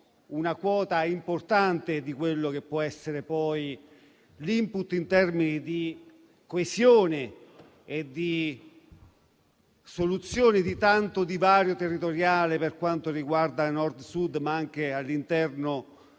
una quota importante di quello che può essere poi l'*input* in termini di coesione e di soluzione di tanto divario territoriale fra Nord e Sud, ma anche all'interno